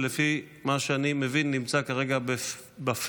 שלפי מה שאני מבין נמצא כרגע בפתח